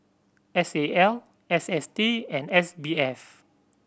S A L S S T and S B F